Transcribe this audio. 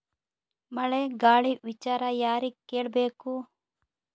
ಮಳೆ ಗಾಳಿ ವಿಚಾರ ಯಾರಿಗೆ ಕೇಳ್ ಬೇಕು?